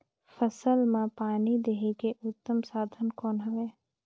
फसल मां पानी देहे के उत्तम साधन कौन हवे?